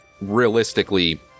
realistically